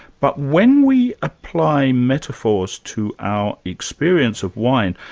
but when we apply metaphors to our experience of wine,